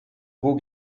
beau